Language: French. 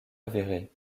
avérée